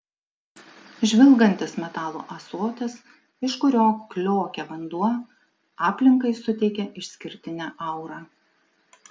žvilgantis metalo ąsotis iš kurio kliokia vanduo aplinkai suteikia išskirtinę aurą